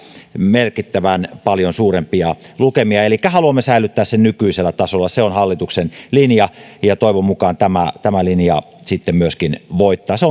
merkittävän paljon suurempia lukemia elikkä haluamme säilyttää sen nykyisellä tasolla se on hallituksen linja ja toivon mukaan tämä tämä linja sitten myöskin voittaa se